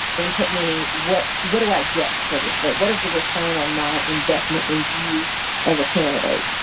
input. meaning what? what do i get for this? but what is the return on my investment in you as a candidate?